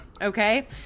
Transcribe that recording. Okay